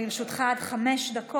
חכם גדול